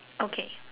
okay